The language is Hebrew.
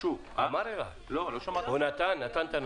הוא נתן את הנתון.